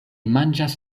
manĝas